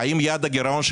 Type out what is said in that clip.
האם יעד הגירעון,